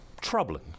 troubling